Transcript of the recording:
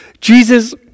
Jesus